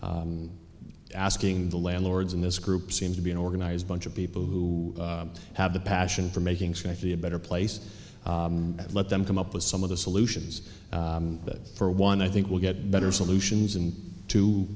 so asking the landlords in this group seem to be an organized bunch of people who have the passion for making strategy a better place let them come up with some of the solutions that for one i think will get better solutions and t